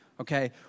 Okay